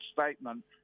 statement